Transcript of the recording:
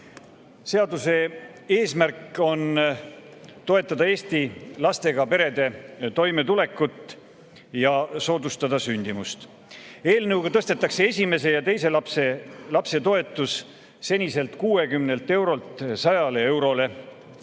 Seaduse eesmärk on toetada Eesti lastega perede toimetulekut ja soodustada sündimust. Eelnõuga tõstetakse esimese ja teise lapse toetus seniselt 60 eurolt 100 eurole